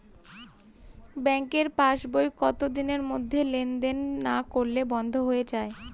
ব্যাঙ্কের পাস বই কত দিনের মধ্যে লেন দেন না করলে বন্ধ হয়ে য়ায়?